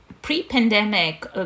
Pre-pandemic